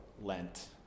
Lent